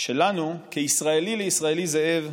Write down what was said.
שלנו כישראלי לישראלי זאב,